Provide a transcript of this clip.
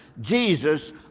Jesus